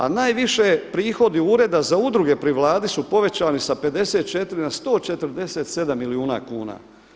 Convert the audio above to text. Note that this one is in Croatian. A najviše prihodi Ureda za udruge pri Vladi su povećani sa 54 na 147 milijuna kuna.